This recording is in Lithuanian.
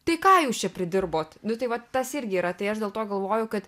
tai ką jūs čia pridirbot nu tai va tas irgi yra tai aš dėl to galvoju kad